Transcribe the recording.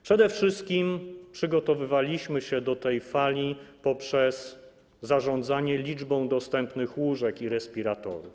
Przede wszystkim przygotowywaliśmy się do tej fali poprzez zarządzanie liczbą dostępnych łóżek i respiratorów.